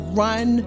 run